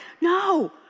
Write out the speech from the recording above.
no